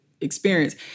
experience